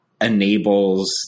enables